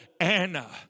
Anna